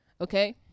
okay